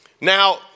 Now